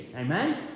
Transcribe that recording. amen